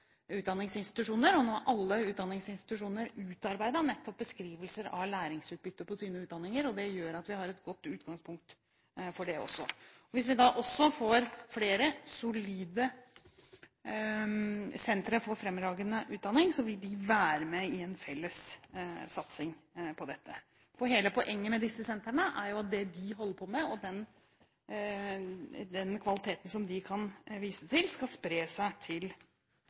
utdanningsinstitusjoner. Nå har alle utdanningsinstitusjoner utarbeidet nettopp beskrivelser av læringsutbytte for sine utdanninger, og det gjør at vi har et godt utgangspunkt for det også. Hvis vi da også får flere solide sentre for fremragende utdanning, vil vi være med i en felles satsing på dette. Hele poenget med disse sentrene er jo at det de holder på med, og den kvaliteten som de kan vise til, skal spre seg til andre områder. Jeg er helt sikker på at vi i de årlige budsjettene kommer til